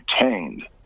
retained